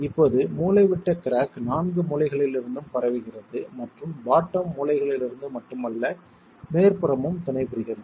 இப்போது மூலைவிட்ட கிராக் நான்கு மூலைகளிலிருந்தும் பரவுகிறது மற்றும் பாட்டம் மூலைகளிலிருந்து மட்டும் அல்ல மேற்புறமும் துணைபுரிகிறது